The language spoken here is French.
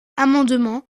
amendements